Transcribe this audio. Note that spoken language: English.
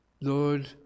Lord